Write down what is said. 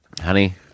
honey